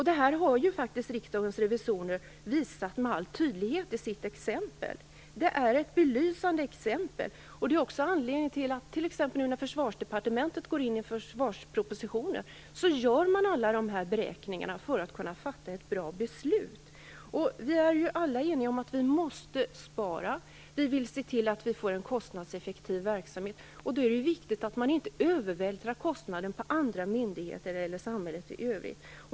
Det har faktiskt Riksdagens revisorer med all tydlighet visat på i sitt exempel. Det är ett belysande exempel. Det är också anledningen till att man, t.ex. när det gäller Försvarsdepartementet och försvarspropositionen, gör alla de här beräkningarna för att kunna fatta ett bra beslut. Alla är vi eniga om att vi måste spara. Vi vill se till att vi får en kostnadseffektiv verksamhet. Då är det viktigt att inte övervältra kostnader på andra myndigheter eller på samhället i övrigt.